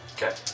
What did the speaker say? Okay